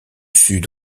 sud